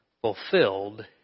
fulfilled